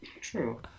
true